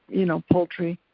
you know, poultry